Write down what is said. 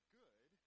good